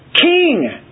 king